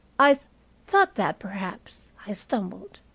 i thought that, perhaps i stumbled.